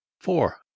Four